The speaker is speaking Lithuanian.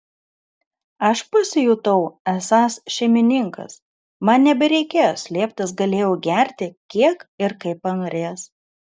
aš pasijutau esąs šeimininkas man nebereikėjo slėptis galėjau gerti kiek ir kaip panorėjęs